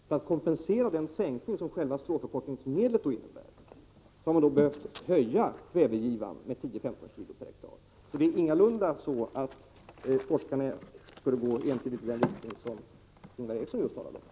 För att kompensera den sänkning som själva stråförkortningsmedlet innebär har man behövt höja kvävegivan med 10-15 kg per hektar. Det är ingalunda så, att forskarna går ensidigt i den riktning som Ingvar Eriksson just talade om.